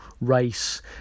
race